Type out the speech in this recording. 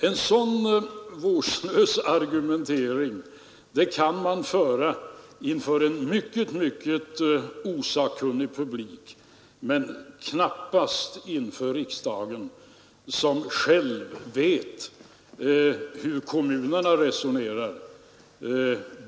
En så vårdslös argumentering kan man föra inför en mycket, mycket osakkunnig publik men knappast inför riksdagen, som själv vet hur kommunerna resonerar.